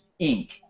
Inc